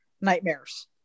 nightmares